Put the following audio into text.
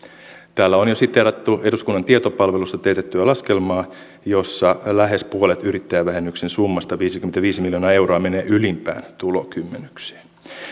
täällä on jo siteerattu eduskunnan tietopalvelussa teetettyä laskelmaa jossa lähes puolet yrittäjävähennyksen summasta viisikymmentäviisi miljoonaa euroa menee ylimpään tulokymmenykseen